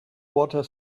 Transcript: water